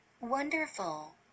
wonderful